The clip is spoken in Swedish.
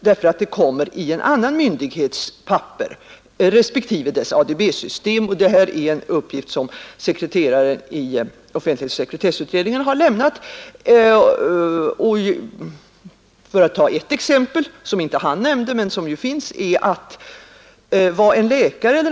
dartör att det kommer i en annan myndighets papper respektive dess ADB system. Detta är en uppgift som sekreteraren i ottemthaghersoch sekretesslagstiftningskommittén lämnat Jag kan ta ett exempel som han inte nämnde. Uppgifter om enskilda personer som en läkare.